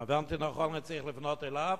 שר התמ"ת?